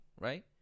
right